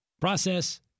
process